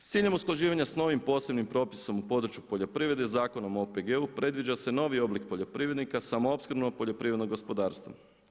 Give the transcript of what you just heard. S ciljem usklađivanja sa novim posebnim propisom u području poljoprivrede, Zakonom o OPG-u predviđa se novi oblik poljoprivrednika samoopskrbnog poljoprivrednog gospodarstva.